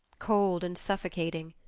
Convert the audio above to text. cold and suffocating.